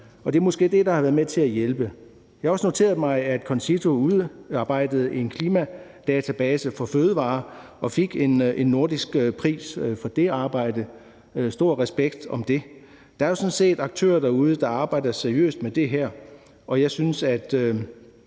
og det er måske det, der har været med til at hjælpe. Jeg har også noteret mig, at CONCITO udarbejdede en klimadatabase for fødevarer og fik en nordisk pris for det arbejde – stor respekt for det. Der er jo sådan set aktører derude, der arbejder seriøst med det her, og jeg synes, det